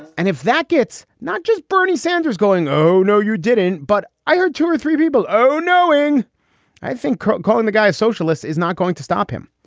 and if that gets not just bernie sanders going, oh, no, you didn't, but i heard two or three people. oh, knowing i think calling the guy a socialist is not going to stop him.